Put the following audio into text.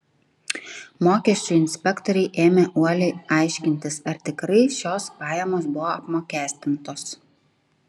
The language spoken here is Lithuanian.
mokesčių inspektoriai ėmė uoliai aiškintis ar tikrai šios pajamos buvo apmokestintos